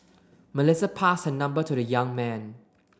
Melissa passed her number to the young man